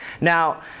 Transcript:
Now